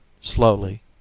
slowly